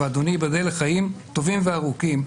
ואדוני ייבדל לחיים טובים וארוכים,